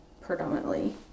predominantly